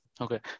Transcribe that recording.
Okay